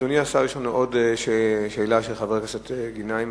אדוני השר, יש לנו עוד שאלה, של חבר הכנסת גנאים.